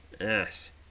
Yes